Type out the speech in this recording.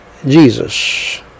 Jesus